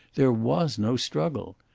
there was no struggle.